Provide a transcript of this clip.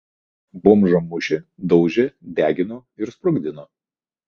bomžą mušė daužė degino ir sprogdino